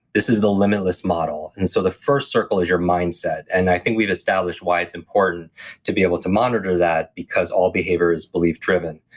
this is the limitless model. and so the first circle is your mindset. and i think we've established why it's important to be able to monitor that because all behavior is belief driven.